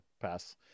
pass